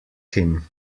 him